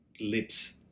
Lips